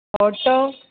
photo